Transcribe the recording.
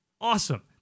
awesome